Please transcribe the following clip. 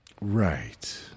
Right